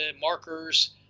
markers